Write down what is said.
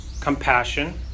compassion